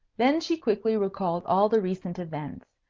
then she quickly recalled all the recent events.